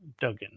duggan